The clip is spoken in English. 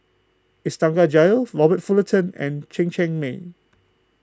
Iskandar Jalil Robert Fullerton and Chen Cheng Mei